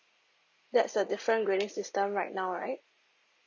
that's a different grading system right now right